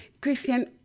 Christian